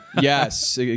Yes